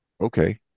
Okay